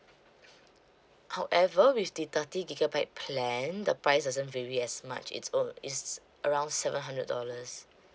however with the thirty gigabyte plan the price doesn't vary as much it's on~ it's around seven hundred dollars